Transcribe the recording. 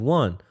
one